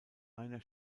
einer